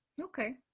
Okay